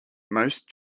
most